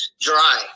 dry